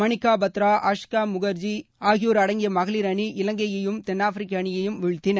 மணிக்கா பத்ரா ஆஷிகா முக்ஜி சுகிர்தா முக்ஜி ஆகியோர் அடங்கிய மகளிர் அணி இலங்கையையும் தென்னாப்பிரிக்கா அணியையும் வீழ்த்தின